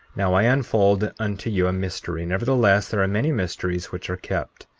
now, i unfold unto you a mystery nevertheless, there are many mysteries which are kept,